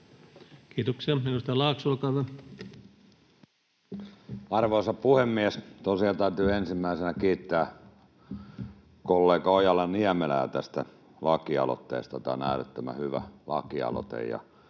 Kiitoksia. — Edustaja Laakso, olkaa hyvä. Arvoisa puhemies! Tosiaan täytyy ensimmäisenä kiittää kollega Ojala-Niemelää tästä lakialoitteesta. Tämä on äärettömän hyvä lakialoite.